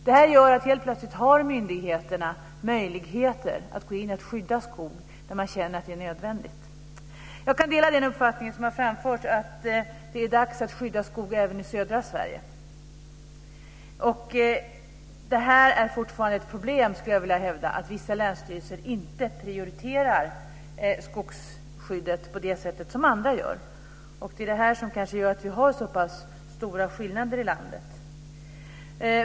Det här gör att myndigheterna helt plötsligt har möjligheter att gå in och skydda skog då de känner att det är nödvändigt. Jag kan dela den uppfattning som har framförts om att det är dags att skydda skog även i södra Sverige. Jag skulle vilja hävda att det fortfarande är ett problem att vissa länsstyrelser inte prioriterar skogsskyddet på det sätt som andra gör. Det är kanske det som gör att vi har så pass stora skillnader i landet.